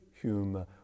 humor